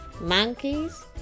Monkeys